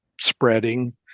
spreading